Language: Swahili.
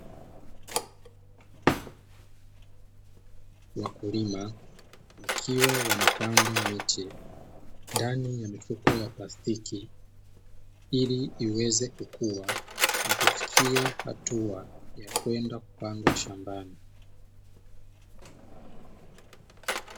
Wakulima wakiwa wanapanda miche ndani ya mifuko ya plastiki ili iweze kukua na kufikia hatua ya kwenda kupandwa shambani.